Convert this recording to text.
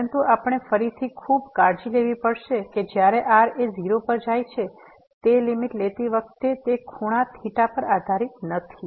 પરંતુ આપણે ફરીથી ખૂબ કાળજી લેવી પડશે કે જ્યારે r એ 0 પર જાય છે તે લીમીટ લેતી વખતે તે ખૂણા થીટા પર આધારિત નથી